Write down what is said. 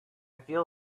feel